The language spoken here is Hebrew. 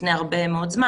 לפני הרבה מאוד זמן.